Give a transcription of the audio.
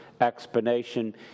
explanation